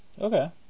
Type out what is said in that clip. okay